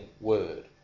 word